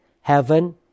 heaven